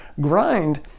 grind